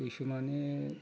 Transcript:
बैसो माने